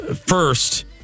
First